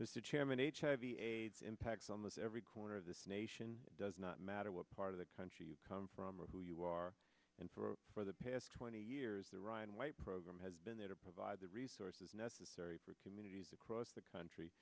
this is chairman of hiv aids impacts almost every corner of this nation does not matter what part of the country you come from or who you are and for for the past twenty years the ryan white program has been there to provide the resources necessary for communities across the country